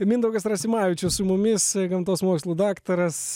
mindaugas rasimavičius su mumis gamtos mokslų daktaras